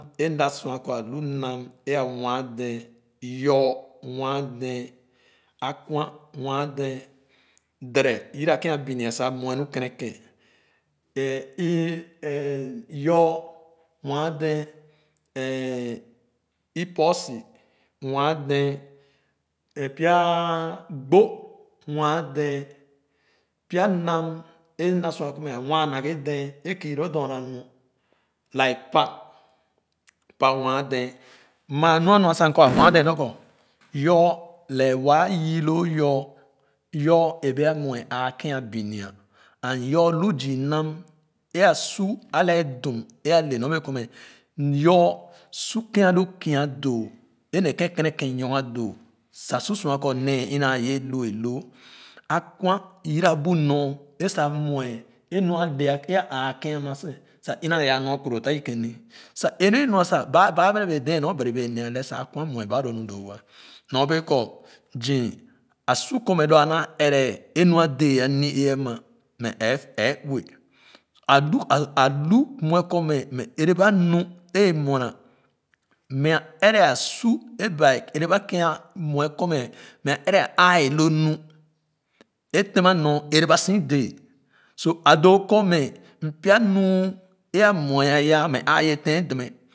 É m da sua kɔ me alu nam é a wɛɛ dẽẽ yoo waa dɛɛ a kwan waa dẽẽ dɛtɛ yii ken a binia sa muɛ nu kenên é ü m yoo dɛɛ é ikposi nwa dee é pya ah gbo nwa dee é pya ah gbo nwa dɛɛ pya nam e na sua kɔ mɛ nwa naghe dɛɛ i kü lo dorna nu like pãh pãh nwa dee maa nu alua sa mkɔ a nwa dee nyor kɔ yoo lɛɛ waa yii loo yoo yoo é bẽẽ a mue ãã kẽn biam and yoo lu zü nam é a su lẽɛ dum e a le nyor bee kɔ mɛ yoo su keǹ alo kia doo é nɛ kèn keneken nyoga doo sa sor ko mɛ nee é ina yii lu alu a kwan yira bunɔr é sa muɛ é nu ale é ae ken ama sa ina yaa nɔr kuro taa ken ni sa é nu alu sa ba ba mɛ ne bẽẽdɛ̃ɛ̃ nu bari bee ne ale sa akwan muɛ ba le nu doo-woa nɔr bẽẽ kɔ zü a su kɔ mɛ doo a ɛrɛ é nu a dé a ni-ee ama mɛ ɛɛ ɛɛ ɔue alu mɛkɔ mɛ ɛrɛ ba nu a muɛ na mɛ ɛrɛ su é baa ɛbɛ ba kia ah mue kɔ mɛ aa ɛrɛ ãã ãã lo nu e tema nɔr ɛrɛ ba si dɛɛ so a doo kɔ mɛ pya muih é a muɛ ayah mɛ aye teǹ dernɛ.